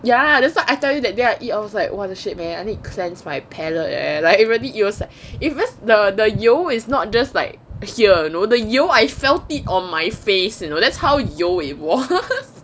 ya that's why I tell you that day I eat I was like what the shit man I need to cleanse my palate leh like really it was that it was the the 油 was not just like here the 油 I felt it on my face you know that's how 油 it was